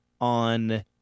on